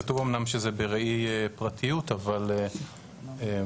כתוב אמנם שזה בראי פרטיות, אבל